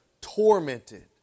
tormented